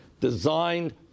designed